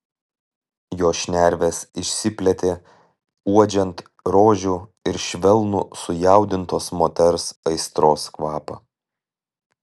jo šnervės išsiplėtė uodžiant rožių ir švelnų sujaudintos moters aistros kvapą